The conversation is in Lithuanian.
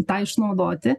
tą išnaudoti